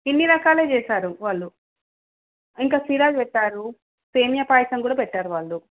ఇన్ని రకాలే చేశారు వాళ్ళు ఇంకా సిరా చేశారు సేమియా పాయసమ్ కూడా పెట్టారు వాళ్ళు